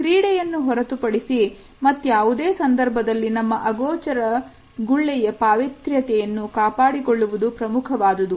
ಕ್ರೀಡೆಯನ್ನು ಹೊರತುಪಡಿಸಿ ಮತ್ಯಾವುದೇ ಸಂದರ್ಭದಲ್ಲಿ ನಮ್ಮ ಅಗೋಚರ ಒಳ್ಳೆಯ ಪಾವಿತ್ರ್ಯತೆಯನ್ನು ಕಾಪಾಡಿಕೊಳ್ಳುವುದು ಪ್ರಮುಖವಾದದ್ದು